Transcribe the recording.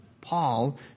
Paul